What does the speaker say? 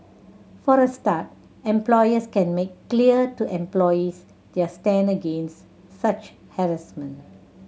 for a start employers can make clear to employees their stand against such harassment